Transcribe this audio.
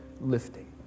lifting